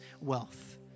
wealth